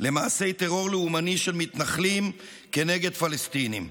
למעשי טרור לאומני של מתנחלים כנגד פלסטינים.